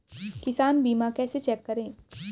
किसान बीमा कैसे चेक करें?